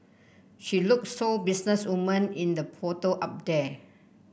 she look so business woman in the photo up there